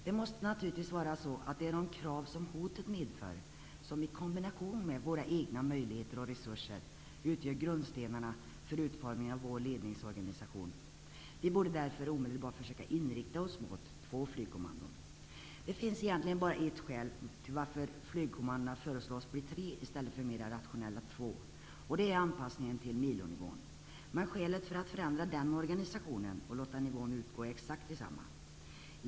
Det måste naturligtvis vara de krav som hotet medför som, i kombination med våra egna möjligheter och resurser, utgör grundstenarna för utformningen av vår ledningsorganisation. Vi borde därför omedelbart försöka inrikta oss mot två flygkommandon. Det finns egentligen bara ett skäl till varför flygkommandona föreslås bli tre i stället för mera rationella två, och det är anpassningen till MILO nivån. Men skälen för att förändra den organisationen och låta nivån utgå är exakt desamma.